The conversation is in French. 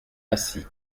acy